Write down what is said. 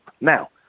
Now